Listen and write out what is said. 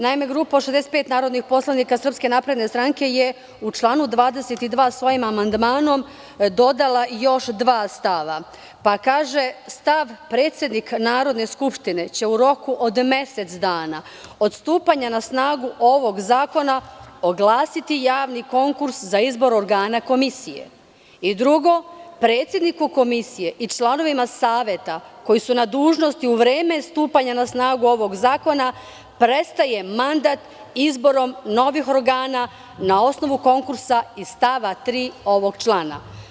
Naime, grupa od 65 narodnih poslanika SNS je u članu 22. svojim amandmanom dodala još dva stava, pa kaže stav – predsednik Narodne skupštine će u roku od mesec dana od stupanja na snagu ovog zakona oglasiti javni konkurs za izbor organa komisije i drugo, predsedniku komisije i članovima Saveta koji su na dužnosti u vreme stupanja na snagu ovog zakona prestaje mandat izborom novih organa na osnovu konkursa i stava 3. ovog člana.